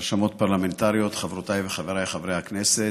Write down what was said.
רשמות פרלמנטריות, חברותיי וחבריי חברי הכנסת,